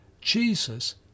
Jesus